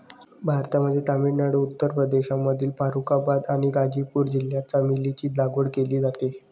भारतामध्ये तामिळनाडू, उत्तर प्रदेशमधील फारुखाबाद आणि गाझीपूर जिल्ह्यात चमेलीची लागवड केली जाते